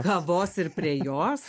kavos ir prie jos